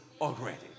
already